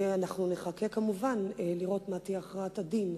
אנחנו נחכה כמובן לראות מה תהיה הכרעת הדין,